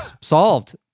Solved